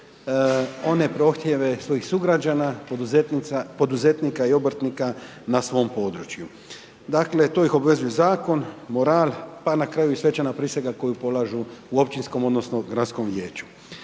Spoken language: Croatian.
one prohtjeve svojih sugrađana, poduzetnika i obrtnika na svom području. Dakle, to ih obvezuje zakon, moral, pa na kraju i svečana prisega koju polažu u općinskom odnosno gradskom vijeću.